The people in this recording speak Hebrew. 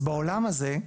אז בעולם הזה,